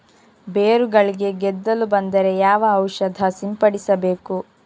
ಬೇರುಗಳಿಗೆ ಗೆದ್ದಲು ಬಂದರೆ ಯಾವ ಔಷಧ ಸಿಂಪಡಿಸಬೇಕು?